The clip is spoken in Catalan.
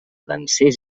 dansers